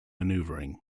maneuvering